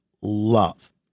love